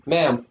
Ma'am